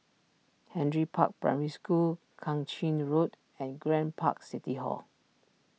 Henry Park Primary School Kang Ching Road and Grand Park City Hall